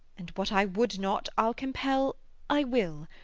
and what i would not i'll compel i will,